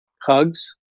hugs